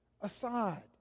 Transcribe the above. aside